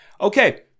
Okay